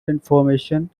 information